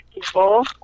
people